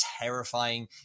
terrifying